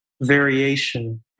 variation